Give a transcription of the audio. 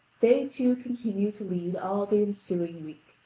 they two continued to lead all the ensuing week,